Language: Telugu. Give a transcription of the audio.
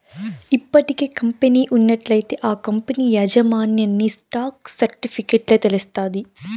ఇప్పటికే కంపెనీ ఉన్నట్లయితే ఆ కంపనీ యాజమాన్యన్ని స్టాక్ సర్టిఫికెట్ల తెలస్తాది